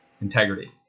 Integrity